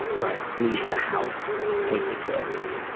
right? leave the house, take the kids,